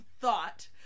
thought